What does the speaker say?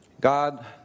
God